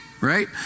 right